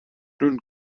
nun